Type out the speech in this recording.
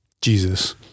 Jesus